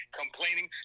complaining